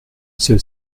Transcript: c’est